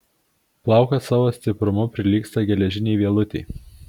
plaukas savo stiprumu prilygsta geležinei vielutei